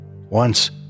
Once